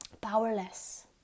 powerless